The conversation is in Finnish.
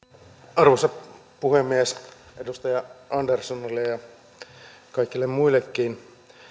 arvoisa puhemies edustaja anderssonille ja kaikille muillekin